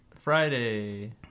friday